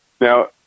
Now